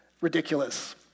ridiculous